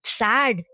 sad